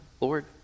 Lord